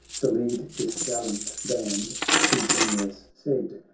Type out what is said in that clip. to lead this gallant band he generous said,